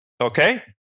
Okay